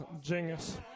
genius